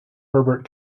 herbert